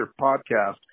podcast